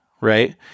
right